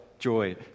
Joy